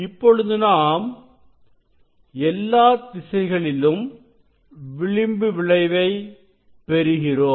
இப்பொழுது நாம் எல்லா திசைகளிலும் விளிம்பு விளைவை பெறுகிறோம்